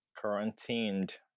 Quarantined